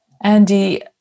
Andy